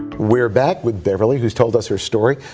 we're back with beverly, who's told us her story.